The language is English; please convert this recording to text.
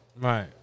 Right